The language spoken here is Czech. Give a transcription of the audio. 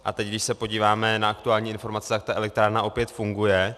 A teď, když se podíváme na aktuální informace, tak ta elektrárna opět funguje.